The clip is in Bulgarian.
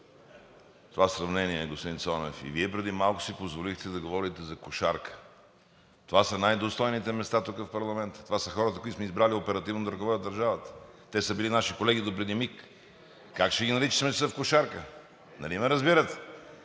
това сравнение, господин Цонев. Вие преди малко си позволихте да говорите за кошарка. Това са най-достойните места тук в парламента. Това са хората, които сме избрали оперативно да ръководят държавата. Те са били наши колеги допреди миг. Как ще ги наричаме, че са в кошарка?! Нали ме разбирате?